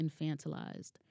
infantilized